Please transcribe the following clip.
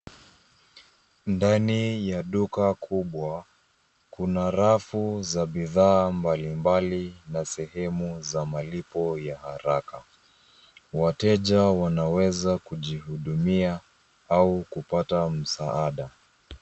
Ndani ya duka kubwa kuna rafu za bidhaa mbalimbali na sehemu za malipo ya haraka. Wateja wanaweza kujihudumia au kupata msaada.